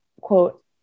quote